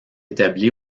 établi